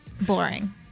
Boring